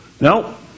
No